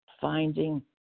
Finding